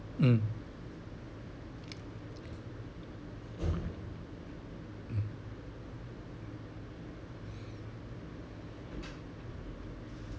mm mm